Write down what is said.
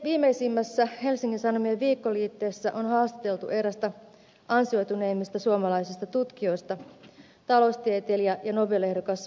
viimeisimmässä helsingin sanomien viikkoliitteessä on haastateltu erästä ansioituneimmista suomalaisista tutkijoista taloustieteilijää ja nobel ehdokasta bengt holmströmiä